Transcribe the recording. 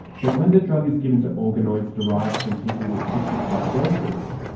but when the drug is given to organoids derived from people with cystic fibrosis,